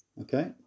Okay